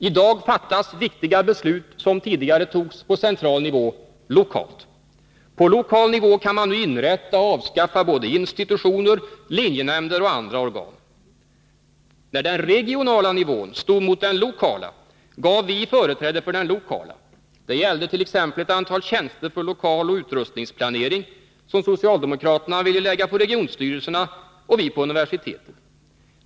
I dag fattas viktiga beslut, som tidigare fattats på central nivå, lokalt. På lokal nivå kan man nu inrätta och avskaffa såväl institutioner som linjenämnder och andra organ. När den regionala nivån stod mot den lokala gav vi företräde för den lokala. Det gällde t.ex. ett antal tjänster för lokal utrustningsplanering, som socialdemokraterna ville lägga på regionstyrelserna och vi ville lägga på universiteten.